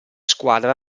squadra